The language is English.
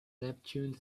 neptune